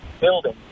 building